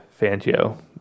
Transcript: fangio